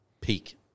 peak